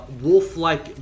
wolf-like